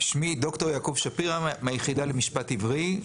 שמי ד"ר יעקב שפירא מהיחידה למשפט עברי.